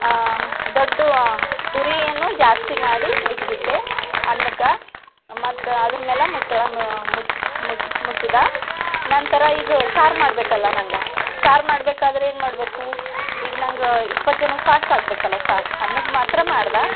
ದೊಡ್ಡ ಉರಿಯನ್ನು ಜಾಸ್ತಿ ಮಾಡಿ ಇಟ್ಬಿಟ್ಟೆ ಅನ್ನಕ್ಕೆ ಮತ್ತೆ ಅದರ ಮ್ಯಾಲ ಮುಚ್ಚಳ ಮುಚ್ಚಿ ಮುಚ್ಚಿ ಮುಚ್ಚಿದ ನಂತರ ಈಗ ಸಾರು ಮಾಡಬೇಕಲ್ಲ ನನಗೆ ಸಾರು ಮಾಡಬೇಕಾದ್ರೇನು ಮಾಡಬೇಕು ಈಗ ನನಗೆ ಇಪ್ಪತ್ತು ಜನಕ್ಕೆ ಫಾಸ್ಟ್ ಆಗ್ಬೇಕಲ್ಲ ಸಾರು ಅನ್ನಕ್ಕೆ ಮಾತ್ರ ಮಾಡಿದೆ